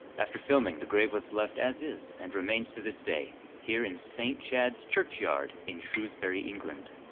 after filming the grave was left as is and remains to this day here in st. chad's churchyard in shrewsbury england.